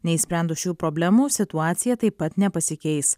neišsprendus šių problemų situacija taip pat nepasikeis